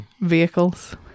Vehicles